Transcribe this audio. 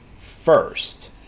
first